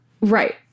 Right